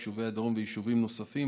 יישובי הדרום ויישובים נוספים,